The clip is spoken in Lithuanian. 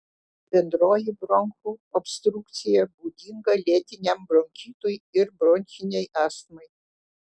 bendroji bronchų obstrukcija būdinga lėtiniam bronchitui ir bronchinei astmai